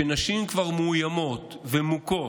שנשים כבר מאוימות ומוכות,